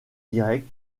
direct